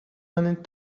running